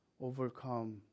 Overcome